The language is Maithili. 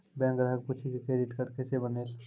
बैंक ग्राहक पुछी की क्रेडिट कार्ड केसे बनेल?